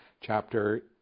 chapter